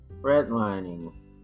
redlining